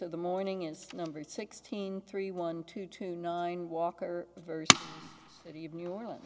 of the morning is number sixteen three one two two nine walker version of new orleans